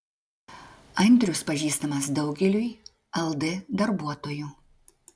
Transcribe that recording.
andrius pažįstamas daugeliui ld darbuotojų